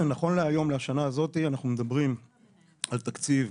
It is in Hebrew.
נכון להיום, לשנה הזאת, אנחנו מדברים על תקציב